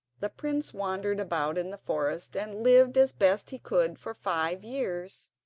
the prince wandered about in the forest and lived as best he could for five years.